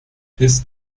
ist